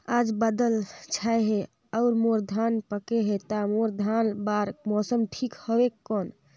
आज बादल छाय हे अउर मोर धान पके हे ता मोर धान बार मौसम ठीक हवय कौन?